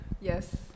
Yes